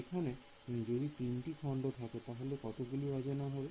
এখানে যদি তিনটি খন্ড থাকে তাহলে কতগুলি অজানা হবে